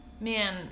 Man